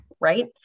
right